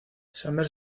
summer